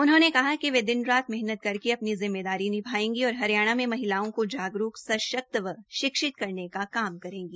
उन्होंने कहा कि वे दिन रात मेहनत करके अपनी जिम्मेदारी निभायेंगी और हरियाणा में महिलाओं को जागरूक सशक्त व शिक्षित करने का काम करेगी